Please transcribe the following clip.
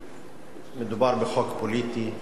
מדובר בחוק פוליטי.